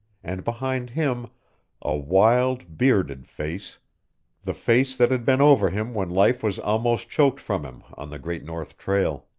and behind him a wild, bearded face the face that had been over him when life was almost choked from him on the great north trail.